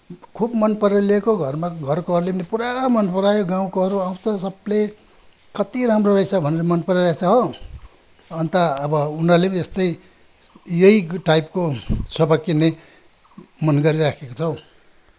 खुब मन परेर ल्याएको घरमा घरकोहरूले पनि पुरा मन परायो गाउँकोहरू आउँछ सबैले कति राम्रो रहेछ भनेर मन पराइ रहेछ हो अन्त अब उनीहरूले पनि यस्तै यही टाइपको सोफा किन्ने मन गरिराखेको छ हौ